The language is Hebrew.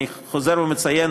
אני חוזר ומציין,